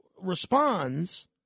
responds